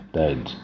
died